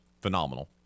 phenomenal